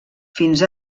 fins